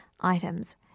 items